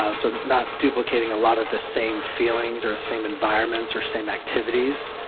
um so not duplicating a lot of the same feelings or same environments or same activities,